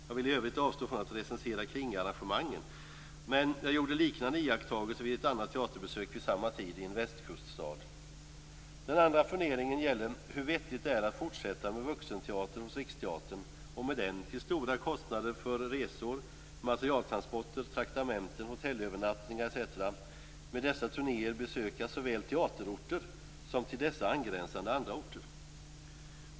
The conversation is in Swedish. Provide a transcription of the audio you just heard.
Jag vill i övrigt avstå från att recensera kringarrangemangen, men jag gjorde liknande iakttagelser vid ett annat teaterbesök vid samma tidpunkt i en västkuststad. Den andra funderingen gäller hur pass vettigt det är att fortsätta med vuxenteater hos Riksteatern och arrangera turnéer till stora kostnader för resor, materieltransporter, traktamenten, hotellövernattningar osv. till teaterorter såväl som till angränsande andra orter.